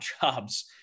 jobs